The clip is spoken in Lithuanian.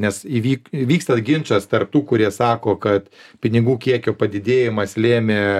nes įvyk vyksta ginčas tarp tų kurie sako kad pinigų kiekio padidėjimas lėmė